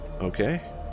okay